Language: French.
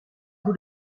vous